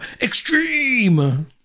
extreme